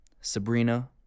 Sabrina